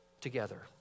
together